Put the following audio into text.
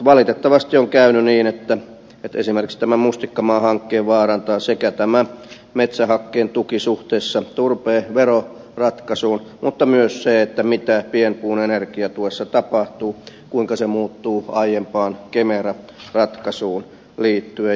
valitettavasti on käynyt niin että esimerkiksi tämän mustikkamaa hankkeen vaarantaa sekä metsähakkeen tuki suhteessa turpeen veroratkaisuun että myös se mitä pienpuun energiatuessa tapahtuu kuinka se muuttuu aiempaan kemera ratkaisuun liittyen